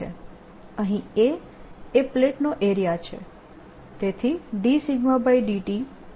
છે અહીં A એ પ્લેટનો એરીયા છે